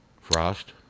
Frost